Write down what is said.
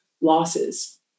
losses